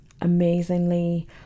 amazingly